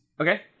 Okay